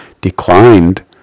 declined